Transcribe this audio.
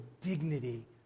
dignity